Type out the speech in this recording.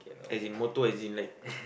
as in motto as in like